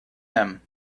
them